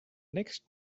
next